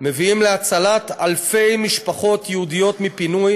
מביאים להצלת אלפי משפחות יהודיות מפינוי